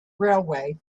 railway